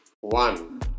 One